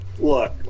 Look